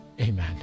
Amen